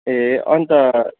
ए अन्त